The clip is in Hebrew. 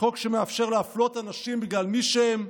חוק שמאפשר להפלות אנשים בגלל מי שהם,